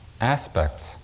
aspects